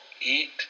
eat